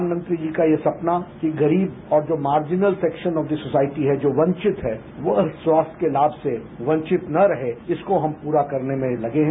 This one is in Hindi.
प्रधानमंत्री जी का सपना कि गरीब और मार्जिनल सेक्शनों की जो सोसायटी है जो वंचित है और अब वह स्वास्थ्य के लाभ से वंचित न रहे इसको हम पूरा करने में लगे हैं